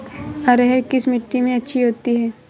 अरहर किस मिट्टी में अच्छी होती है?